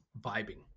vibing